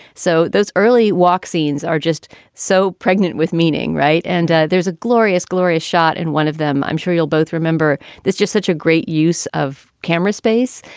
so those early walk scenes are just so pregnant with meaning. right. and there's a glorious, glorious shot in one of them. i'm sure you'll both remember there's just such a great use of camera space.